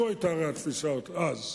זאת היתה התפיסה אז.